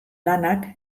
lanak